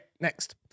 next